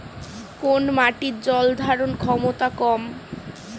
কোন মাটির জল ধারণ ক্ষমতা কম?